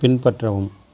பின்பற்றவும்